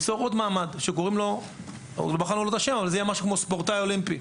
למעמד זה נקרא אולי "ספורטאי אולימפי".